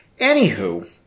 anywho